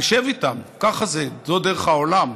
ונשב איתם, ככה זה, זו דרך העולם.